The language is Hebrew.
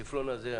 ה"ציפלון" הזה,